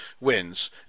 wins